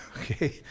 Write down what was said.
okay